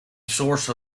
source